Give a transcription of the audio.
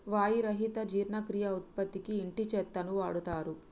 వాయి రహిత జీర్ణక్రియ ఉత్పత్తికి ఇంటి చెత్తను వాడుతారు